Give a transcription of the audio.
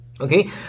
okay